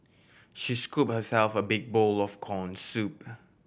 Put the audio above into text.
she scoop herself a big bowl of corn soup